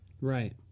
Right